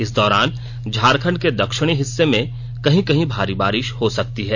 इस दौरान झारखंड के दक्षिणी हिस्से में कहीं कहीं भारी बारिश हो सकती है